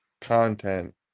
content